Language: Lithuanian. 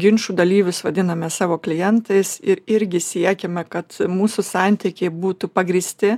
ginčų dalyvius vadiname savo klientais ir irgi siekiame kad mūsų santykiai būtų pagrįsti